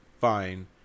Fine